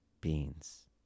beings